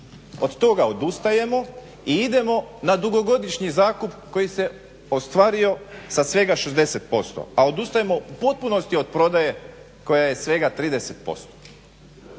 Od toga odustajemo i idemo na dugogodišnji zakup koji se ostvario sa svega 60%, a odustajemo u potpunosti od prodaje koja je svega 30%.